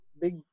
big